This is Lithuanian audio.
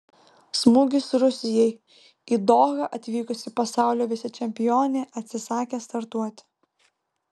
smūgis rusijai į dohą atvykusi pasaulio vicečempionė atsisakė startuoti